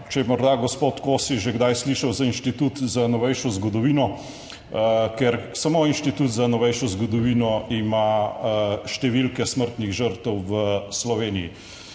če je morda gospod Kosi že kdaj slišal za Inštitut za novejšo zgodovino, ker samo Inštitut za novejšo zgodovino ima številke smrtnih žrtev v Sloveniji.